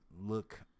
look